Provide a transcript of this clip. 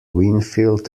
winfield